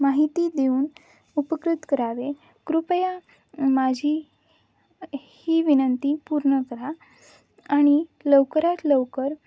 माहिती देऊन उपकृत करावे कृपया माझी ही विनंती पूर्ण करा आणि लवकरात लवकर